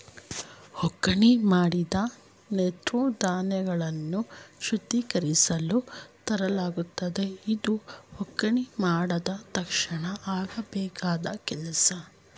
ಒಕ್ಕಣೆ ಮಾಡಿದ ನಂತ್ರ ಧಾನ್ಯಗಳನ್ನು ಶುದ್ಧೀಕರಿಸಲು ತೂರಲಾಗುತ್ತದೆ ಇದು ಒಕ್ಕಣೆ ಮಾಡಿದ ತಕ್ಷಣ ಆಗಬೇಕಾದ್ ಕೆಲ್ಸ